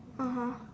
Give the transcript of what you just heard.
(uh huh)